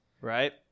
right